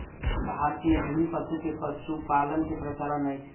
भारत मे विभिन्न पशु के पशुपालन के प्रचलन अछि